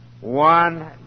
one